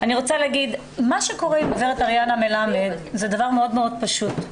אני רוצה לומר שמה שקורה עם גברת אריאנה מלמד זה דבר מאוד מאוד פשוט.